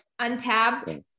untabbed